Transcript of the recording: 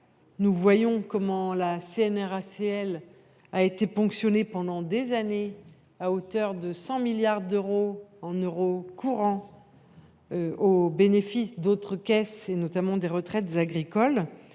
locales (CNRACL) a été ponctionnée pendant des années à hauteur de 100 milliards d’euros, en euros courants, au bénéfice d’autres organismes, notamment de retraites agricoles.